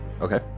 okay